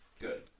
Good